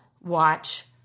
watch